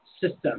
system